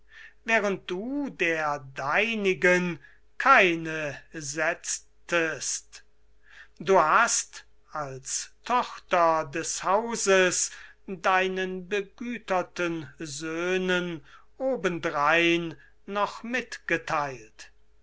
während du der deinigen keine setztest du hast als tochter des hauses deinen begüterten söhnen obendrein noch mitgetheilt